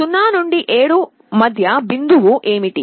0 నుండి 7 మధ్య బిందువు ఏమిటి